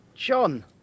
John